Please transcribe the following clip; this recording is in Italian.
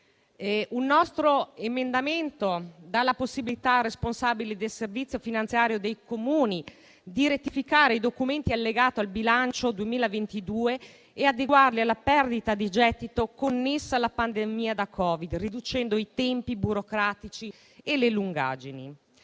Un nostro emendamento dà ai responsabili del servizio finanziario dei Comuni la possibilità di rettificare i documenti allegati al bilancio 2022 e di adeguarli alla perdita di gettito connessa alla pandemia da Covid, riducendo i tempi burocratici e le lungaggini.